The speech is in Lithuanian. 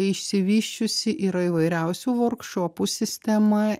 išsivysčiusi yra įvairiausių vorkšopų sistema